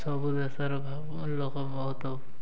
ସବୁ ଦେଶର ଲୋକ ବହୁତ